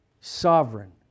sovereign